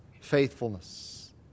faithfulness